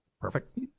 Perfect